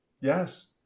Yes